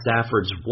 Stafford's